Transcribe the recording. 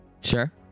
sure